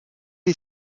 est